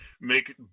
make